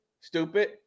Stupid